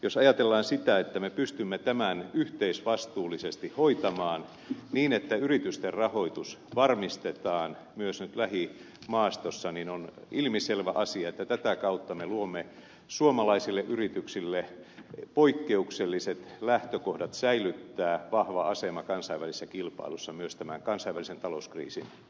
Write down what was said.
jos ajatellaan sitä että me pystymme tämän yhteisvastuullisesti hoitamaan niin että yritysten rahoitus varmistetaan myös nyt lähimaastossa niin on ilmiselvä asia että tätä kautta me luomme suomalaisille yrityksille poikkeukselliset lähtökohdat säilyttää vahva asema kansainvälisessä kilpailussa myös tämän kansainvälisen talouskriisin aikana